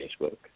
Facebook